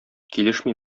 килешми